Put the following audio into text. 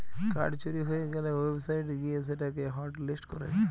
card চুরি হয়ে গ্যালে ওয়েবসাইট গিয়ে সেটা কে হটলিস্ট করা যায়